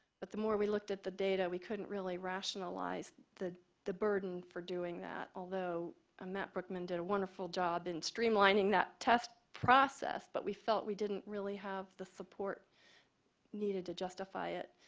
but the more we look at the data, we couldn't really rationalize the the burden for doing that, although ah matt brookman did a wonderful job in streamlining that test process, but we felt we didn't really have the support needed to justify it.